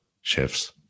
chefs